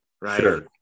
Right